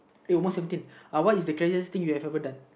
uh one seventeen uh what is the craziest thing you have ever done